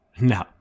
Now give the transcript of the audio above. No